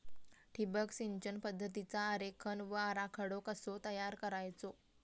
ठिबक सिंचन पद्धतीचा आरेखन व आराखडो कसो तयार करायचो?